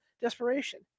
desperation